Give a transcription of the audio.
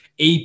AP